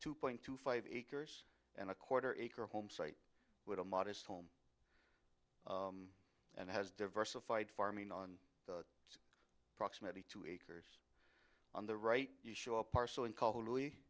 two point two five acres and a quarter acre home site with a modest home and has diversified farming on its proximity to a curse on the right you show a parcel and cal